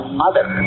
mother